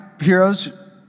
heroes